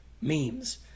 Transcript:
memes